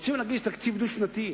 רוצים להגיש תקציב דו-שנתי?